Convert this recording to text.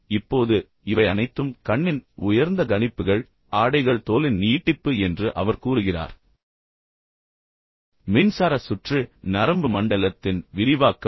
இப்போது இவை அனைத்தும் கண்ணின் உயர்ந்த கணிப்புகள் ஆடைகள் தோலின் நீட்டிப்பு என்று அவர் கூறுகிறார் மின்சார சுற்று நரம்பு மண்டலத்தின் விரிவாக்கம்